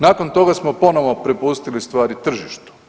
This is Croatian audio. Nakon toga smo ponovno prepustili stvari tržištu.